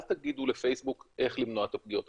אל תגידו לפייסבוק איך למנוע את הפגיעות,